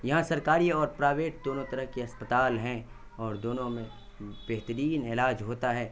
یہاں سرکاری اور پرائیوٹ دونوں طرح کے اسپتال ہیں اور دونوں میں بہترین علاج ہوتا ہے